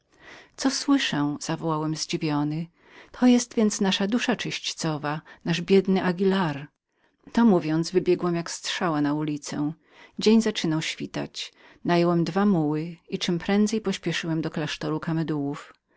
co słyszę zawołałem zdziwiony to jest więc naszenasza dusza czyscowa nasz biedny anguilar to mówiąc wybiegłem jak strzała na ulicę dzień zaczynał świtać nająłem muły i czemprędzej pośpieszyłem do klasztoru